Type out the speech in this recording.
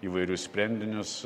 įvairius sprendinius